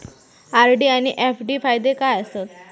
RD आनि FD फायदे काय आसात?